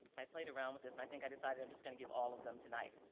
i played around with this and i think i decided i'm just gonna give all of them tonight.